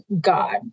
God